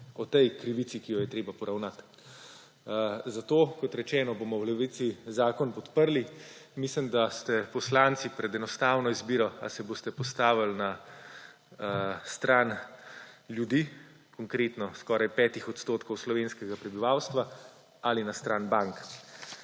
o tej krivici, ki jo je treba poravnati. Zato, kot rečeno, bomo v Levici zakon podprli. Mislim, da ste poslanci pred enostavno izbiro: ali se boste postavili na stran ljudi, kar je konkretno skoraj 5 odstotkov slovenskega prebivalstva, ali na stran bank.